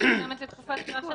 מצומצמת לתקופת הפיקוח.